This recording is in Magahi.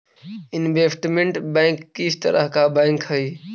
इनवेस्टमेंट बैंक किस तरह का बैंक हई